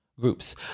groups